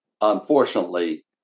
Unfortunately